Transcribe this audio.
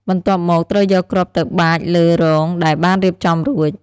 បន្ទាប់មក ត្រូវយកគ្រាប់ទៅបាចលើរងដែលបានរៀបចំរួច។